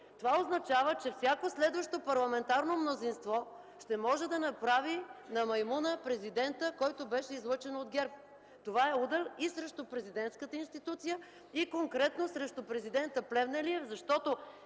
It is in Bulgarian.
Това означава, че всяко следващо парламентарно мнозинство ще може да направи на маймуна президента, който беше излъчен от ГЕРБ. Това е удар и срещу президентската институция, и конкретно срещу президента Плевнелиев, защото